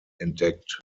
entdeckt